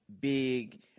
big